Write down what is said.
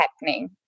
happening